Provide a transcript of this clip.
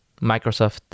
Microsoft